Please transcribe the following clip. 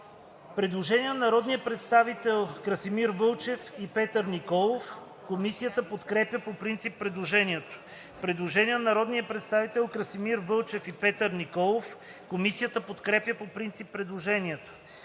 Предложение на народните представители Красимир Вълчев и Петър Николов. Комисията подкрепя по принцип предложението.